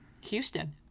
houston